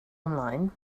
ymlaen